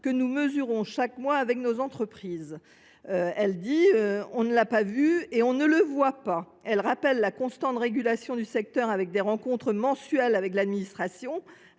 que nous mesurons chaque mois avec nos entreprises. On ne l’a pas vu et on ne le voit pas. » Elle rappelle la constante régulation du secteur, qui organise des rencontres mensuelles avec l’administration